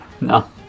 No